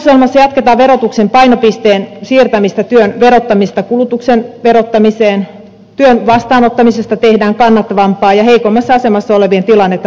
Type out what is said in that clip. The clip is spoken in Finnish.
hallitusohjelmassa jatketaan verotuksen painopisteen siirtämistä työn verottamisesta kulutuksen verottamiseen työn vastaanottamisesta tehdään kannattavampaa ja heikoimmassa asemassa olevien tilannetta parannetaan